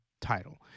title